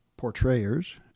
portrayers